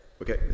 Okay